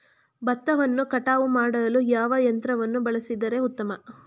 ಭತ್ತವನ್ನು ಕಟಾವು ಮಾಡಲು ಯಾವ ಯಂತ್ರವನ್ನು ಬಳಸಿದರೆ ಉತ್ತಮ?